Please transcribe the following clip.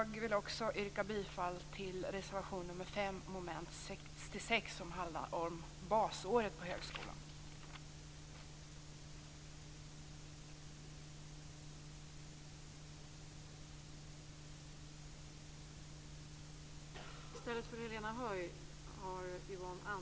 Slutligen yrkar jag bifall till reservation nr 5 under mom. 66 som handlar om basåret på högskolan.